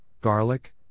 garlic